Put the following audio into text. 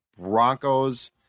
Broncos